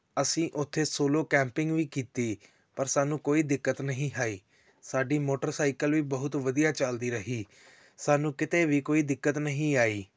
ਅਸੀਂ ਉੱਥੇ solo camping ਵੀ ਕੀਤੀ ਪਰ ਸਾਨੂੰ ਕੋਈ ਦਿੱਕਤ ਨਹੀਂ ਆਈ ਸਾਡੀ ਮੋਟਰਸਾਈਕਲ ਵੀ ਬਹੁਤ ਵਧੀਆ ਚਲਦੀ ਰਹੀ ਸਾਨੂੰ ਕਿਤੇ ਵੀ ਕੋਈ ਦਿੱਕਤ ਨਹੀਂ ਆਈ